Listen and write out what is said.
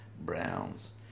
browns